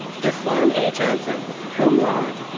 da'kuawn a. johnson, cum laude.